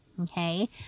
Okay